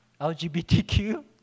LGBTQ